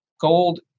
gold